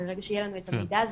ברגע שיהיה לנו את המידע הזה,